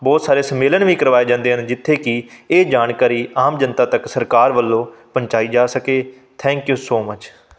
ਬਹੁਤ ਸਾਰੇ ਸੰਮੇਲਨ ਵੀ ਕਰਵਾਏ ਜਾਂਦੇ ਹਨ ਜਿੱਥੇ ਕਿ ਇਹ ਜਾਣਕਾਰੀ ਆਮ ਜਨਤਾ ਤੱਕ ਸਰਕਾਰ ਵਲੋਂ ਪਹੁੰਚਾਈ ਜਾ ਸਕੇ ਥੈਂਕ ਯੂ ਸੋ ਮੱਚ